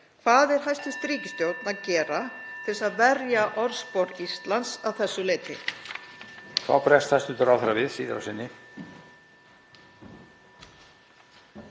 Hvað er hæstv. ríkisstjórn að gera til að verja orðspor Íslands að þessu leyti?